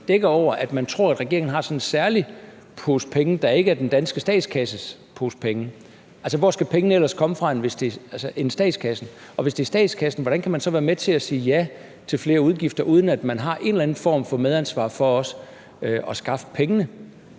dækker over, at man tror, at regeringen har en særlig pose penge, der ikke er den danske statskasses penge, for hvor skal pengene ellers komme fra det, hvis det ikke er fra statskassen? Og hvis det er fra statskassen, hvordan kan man så være med til at sige ja til flere udgifter, uden at man har en eller anden form for medansvar for også at skaffe pengene?